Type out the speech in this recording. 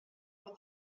was